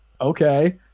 Okay